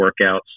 workouts